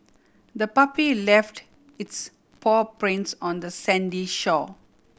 the puppy left its paw prints on the sandy shore